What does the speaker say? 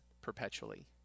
perpetually